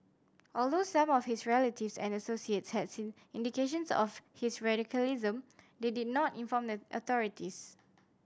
although some of his relatives and associates has seen indications of his radicalism they did not inform the authorities